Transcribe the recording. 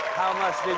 how much did